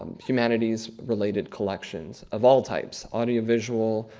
humanities-related collections, of all types, audiovisual,